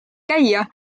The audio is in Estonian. käia